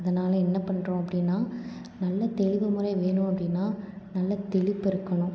அதனால் என்ன பண்ணுறோம் அப்படினா நல்ல தெளிவு முறை வேணும் அப்படினா நல்லா தெளிப்புருக்கணும்